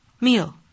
meal